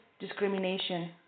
discrimination